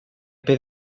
per